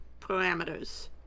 parameters